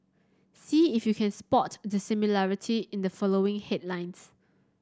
see if you can spot the similarity in the following headlines